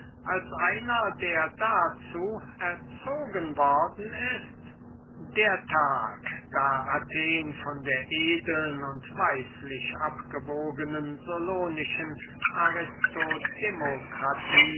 als einer der dazu erzogen worden ist der tag da athen von der edeln und weislich abgewogenen